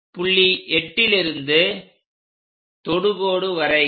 புள்ளி 8லிருந்து தொடுகோடு வரைக